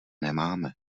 nemáme